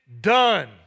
done